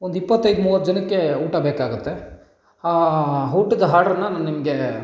ಒಂದು ಇಪ್ಪತ್ತೈದು ಮೂವತ್ತು ಜನಕ್ಕೆ ಊಟ ಬೇಕಾಗುತ್ತೆ ಊಟದ ಹಾರ್ಡ್ರನ್ನು ನಾನು ನಿಮಗೆ